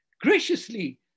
graciously